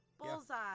Bullseye